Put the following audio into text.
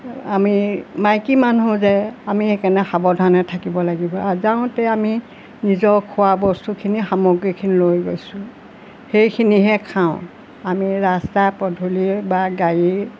আমি মাইকী মানুহ যে আমি সেইকাৰণে সাৱধানে থাকিব লাগিব আৰু যাওঁতে আমি নিজৰ খোৱা বস্তুখিনি সামগ্ৰীখিনি লৈ গৈছোঁ সেইখিনিহে খাওঁ আমি ৰাস্তা পদূলিয়ে বা গাড়ী